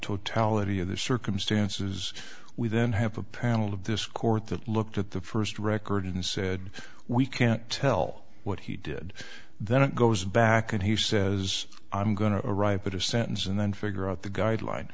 totality of the circumstances we then have a personel of this court that looked at the first record and said we can't tell what he did then it goes back and he says i'm going to arrive at a sentence and then figure out the guideline